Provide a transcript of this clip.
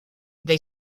they